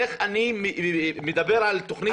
איך אני מדבר על תוכנית מתאר.